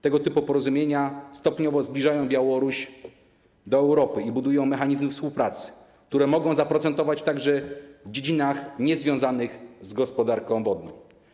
Tego typu porozumienia stopniowo zbliżają Białoruś do Europy i budują mechanizmy współpracy, które mogą zaprocentować także w dziedzinach niezwiązanych z gospodarką wodną.